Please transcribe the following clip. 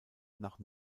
nach